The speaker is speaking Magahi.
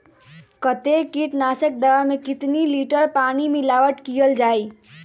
कतेक किटनाशक दवा मे कितनी लिटर पानी मिलावट किअल जाई?